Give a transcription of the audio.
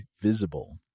Visible